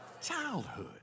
childhood